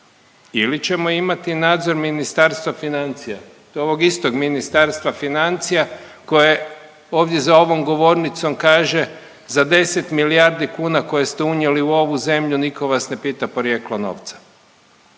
Ili ćemo imati nadzor Ministarstva financija. To je ovog istog Ministarstva financija koje ovdje za ovom govornicom kaže, za 10 milijardi kuna koje ste unijeli u ovu zemlju nitko vas ne pita porijeklo novca.